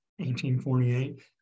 1848